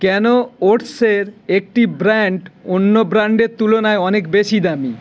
কেন ওটসের একটি ব্র্যান্ড অন্য ব্র্যান্ডের তুলনায় অনেক বেশি দামী